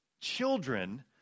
children